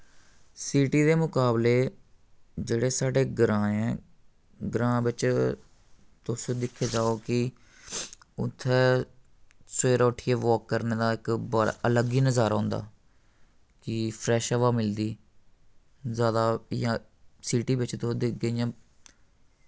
city दे मकाबले जेह्ड़े साढ़े ग्रां ऐं ग्रां बिच्च तुस दिक्खी लैओ कि उत्थै सवेरै उट्ठियै वाक करने दा इक बड़ा अलग ही नजारा होंदा कि फ्रैश हवा मिलदी जैदा इ'यां सिटी बिच्च तुस दिखगे इ'यां